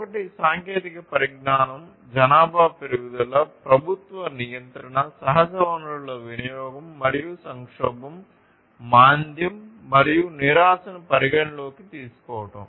ఒకటి సాంకేతిక పరిజ్ఞానం జనాభా పెరుగుదల ప్రభుత్వ నియంత్రణ సహజ వనరుల వినియోగం మరియు సంక్షోభం మాంద్యం మరియు నిరాశను పరిగణనలోకి తీసుకోవడం